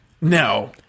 No